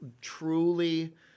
truly